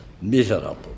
miserable